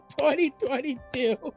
2022